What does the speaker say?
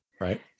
Right